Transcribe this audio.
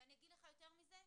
ואני אגיד לך יותר מזה,